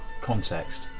context